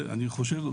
ואני חושב,